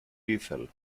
lethal